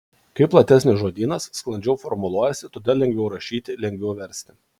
kai platesnis žodynas sklandžiau formuluojasi todėl lengviau rašyti lengviau versti